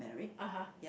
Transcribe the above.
(uh huh)